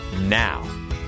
now